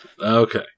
Okay